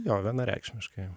jo vienareikšmiškai